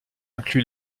inclut